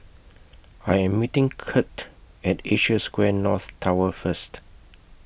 I Am meeting Kirt At Asia Square North Tower First